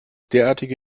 derartige